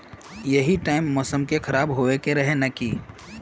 यही टाइम मौसम के खराब होबे के रहे नय की?